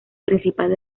principal